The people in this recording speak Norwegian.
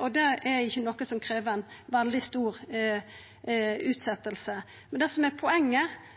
og det er ikkje noko som krev ei veldig stor utsetjing. Det som er poenget,